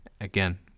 Again